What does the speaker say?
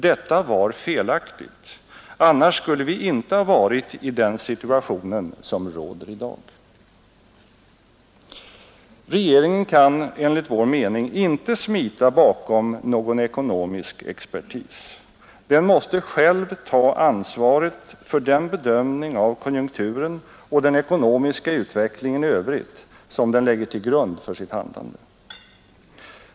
Detta var felaktigt — annars skulle vi inte ha varit i den situationen som råder i dag.” Regeringen kan inte smita bakom någon ekonomisk expertis. Den måste själv ta ansvaret för den bedömning av konjunkturen och den ekonomiska utvecklingen i övrigt som den lägger till grund för sitt handlande.